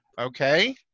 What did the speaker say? Okay